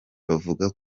bavuga